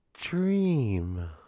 dream